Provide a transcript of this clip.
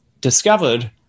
discovered